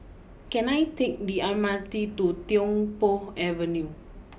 can I take the M R T to Tiong Poh Avenue